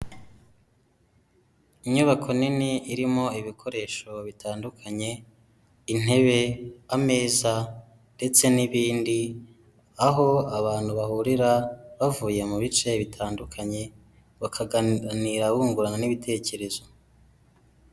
Inyubako nini irimo ibikoresho bitandukanye intebe, ameza ndetse n'ibindi. Aho abantu bahurira bavuye mu bice bitandukanye bakaganira bungurana n'ibitekerezo.